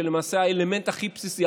למעשה האלמנט הכי בסיסי,